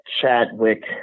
Chadwick